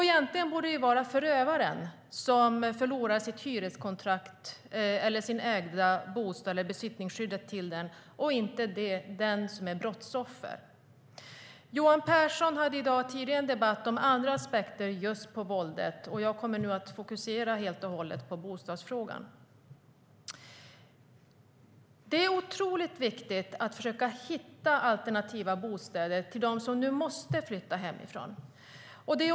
Egentligen borde det vara förövaren som förlorar sitt hyreskontrakt eller besittningsskyddet till sin ägda bostad, inte den som är brottsoffer. Det är otroligt viktigt att försöka hitta alternativa bostäder till dem som måste flytta från sina hem.